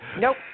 Nope